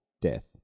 Death